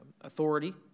authority